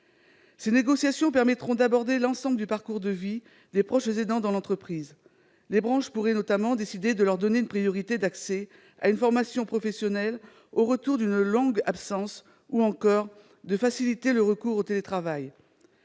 Ces négociations permettront d'aborder l'ensemble du parcours de vie des proches aidants dans l'entreprise. Les branches pourraient notamment décider de leur donner une priorité d'accès à une formation professionnelle au retour d'une longue absence ou de faciliter le recours au télétravail.